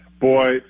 Boy